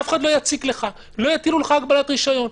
אף אחד לא יציק לך ולא יטילו עליך הגבלת רישיון.